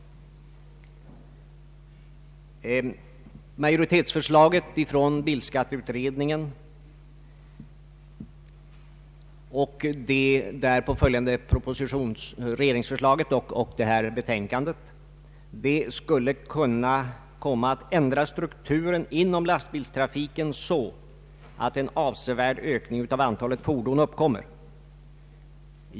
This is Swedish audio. Majoritetsförslaget från bilskatteutredningen — samt det därpå följande regeringsförslaget och bevillningsutskottets betänkande — kan komma att ändra strukturen inom lastbilstrafiken så att en avsevärd ökning av antalet fordon uppkommer.